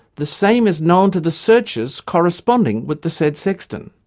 the same is known to the searchers corresponding with the said sexton.